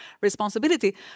responsibility